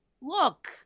look